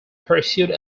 pursued